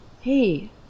Hey